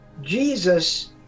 Jesus